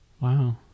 wow